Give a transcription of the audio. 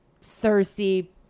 thirsty